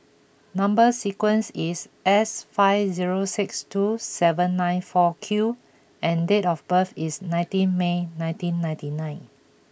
number sequence is S five zero six two seven nine four Q and date of birth is nineteen May nineteen ninety nine